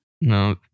No